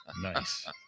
Nice